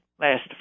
last